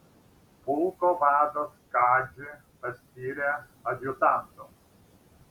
pulko vadas kadžį paskyrė adjutantu